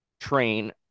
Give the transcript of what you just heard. train